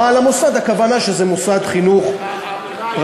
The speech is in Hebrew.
בעל המוסד, הכוונה היא שזה מוסד חינוך פרטי.